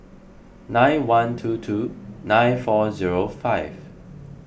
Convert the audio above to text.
nine one two two nine four zero five